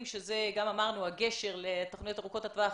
שהן מהוות את הקשר לתוכניות ארוכות הטווח,